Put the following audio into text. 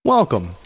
Welcome